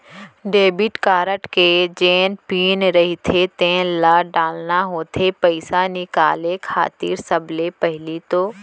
debit card के जेन pin रहिथे तेन ल डालना होथे पइसा निकाले खातिर सबले पहिली तो